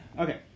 Okay